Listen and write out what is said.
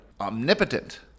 omnipotent